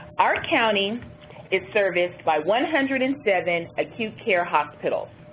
our county is serviced by one hundred and seven acute care hospitals.